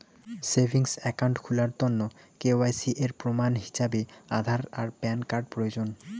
savings account খুলার তন্ন KYC এর প্রমাণ হিছাবে আধার আর প্যান কার্ড প্রয়োজন